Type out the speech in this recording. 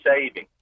saving